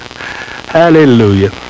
Hallelujah